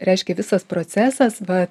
reiškia visas procesas va